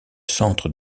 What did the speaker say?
centre